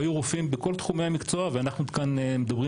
לא יהיו רופאים בכל תחומי המקצוע ואנחנו כאן מדברים